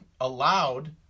allowed